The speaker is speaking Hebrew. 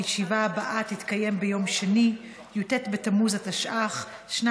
הישיבה הבאה תתקיים ביום שני, י"ט בתמוז התשע"ח,